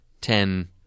ten